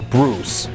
Bruce